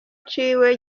ciwe